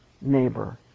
neighbor